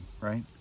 right